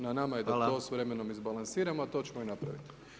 Na nama je da to s vremenom izbalansiramo a to ćemo i napraviti.